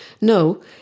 No